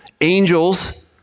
angels